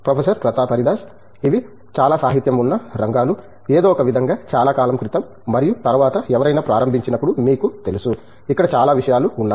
professor Pratap Haridas ఇవి చాలా సాహిత్యం ఉన్న రంగాలు ఏదో ఒకవిధంగా చాలా కాలం క్రితం మరియు తరువాత ఎవరైనా ప్రారంభించినప్పుడు మీకు తెలుసు ఇక్కడ చాలా విషయాలు ఉన్నాయి